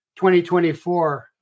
2024